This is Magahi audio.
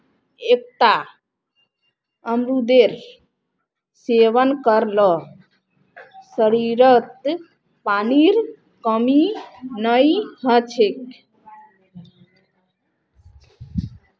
हरदिन एकता अमरूदेर सेवन कर ल शरीरत पानीर कमी नई ह छेक